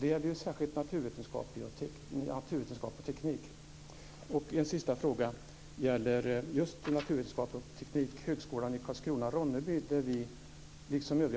Det gäller särskilt naturvetenskap och teknik. En sista fråga gäller just naturvetenskap och teknik. Vi och åtminstone